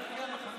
גברתי היושבת-ראש,